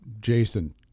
Jason